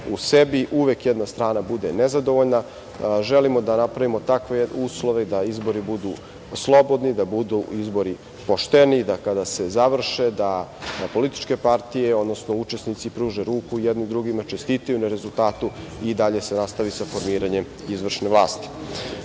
u sebi, uvek jedna strana bude nezadovoljna. Želimo da napravimo takve uslove da izbori budu slobodni, da budu izbori pošteni, da kada se završe da političke partije, odnosno učesnici pruže ruku jedni drugima, čestitaju na rezultatu i dalje se nastavi sa formiranjem izvršne vlasti.Za